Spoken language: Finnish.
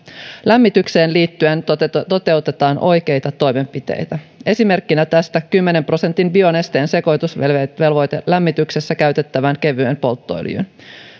lämmitykseen liittyen toteutetaan toteutetaan oikeita toimenpiteitä esimerkkinä tästä kymmenen prosentin bionesteen sekoitusvelvoite lämmityksessä käytettävään kevyeen polttoöljyyn